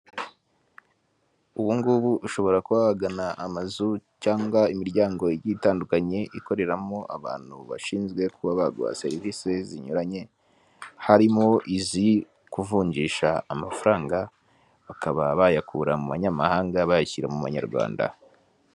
Ubu ngubu ushobora kuba wagana amazu cyangwa imiryango igiye itandukanye ikoreramo abantu bashinzwe kuba baguha serivisi zinyuranye, harimo izi kuvunjisha amafaranga bakaba bayakura mu manyamahanga bayashyira mu manyarwanda.